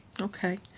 Okay